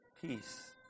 peace